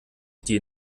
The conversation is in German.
die